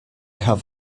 have